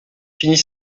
finit